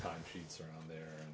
time sheets around there